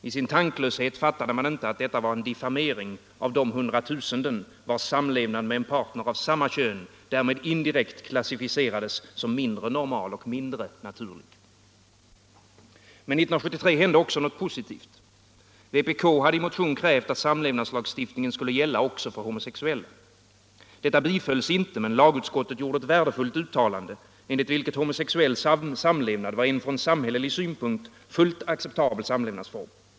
I sin grova tanklöshet fattade man inte, att detta var en diffamering av de hundratusenden vars samlevnad med en partner av samma kön därmed indirekt klassificerades som mindre normal och mindre naturlig. Men 1973 hände också något positivt. Vpk hade i motion krävt att samlevnadslagstiftningen skulle gälla också för homosexuella. Detta bifölls inte, men lagutskottet gjorde ett värdefullt uttalande enligt vilket homosexuell samlevnad var en från samhällelig synpunkt fullt acceptabel samlevnadsform.